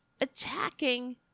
attacking